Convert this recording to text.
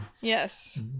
Yes